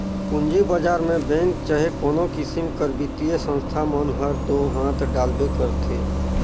पूंजी बजार में बेंक चहे कोनो किसिम कर बित्तीय संस्था मन हर दो हांथ डालबे करथे